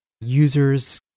users